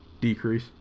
decrease